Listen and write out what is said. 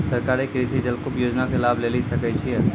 सरकारी कृषि जलकूप योजना के लाभ लेली सकै छिए?